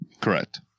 Correct